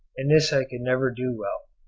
and this i could never do well.